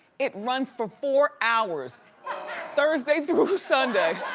it runs for four hours thursday through sunday.